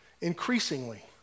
increasingly